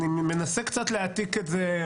אני מנסה קצת להעתיק את זה,